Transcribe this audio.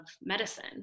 medicine